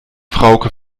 frauke